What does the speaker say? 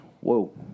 Whoa